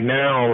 now